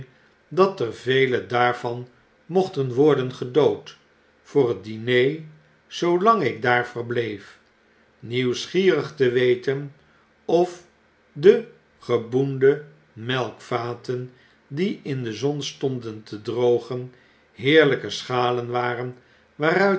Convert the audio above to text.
dat er vele daarvan mochten worden gedood voor het diner zoolang ik daar verbleef nieuwsgierig te weten of de geboende melkvaten die in de zon stonden te drogen heerlyke schalen waren waaruit